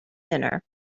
dinner